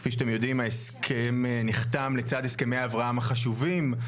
כפי שאתם יודעים ההסכם נחתם לצד "הסכמי אברהם" החשובים,